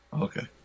Okay